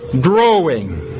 growing